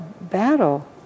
battle